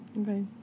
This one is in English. Okay